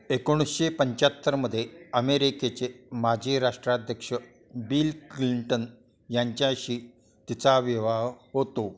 एकोणीशे पंच्याहत्तरमध्ये अमेरिकेचे माजी राष्ट्राध्यक्ष बिल क्लिंटन यांच्याशी तिचा विवाह होतो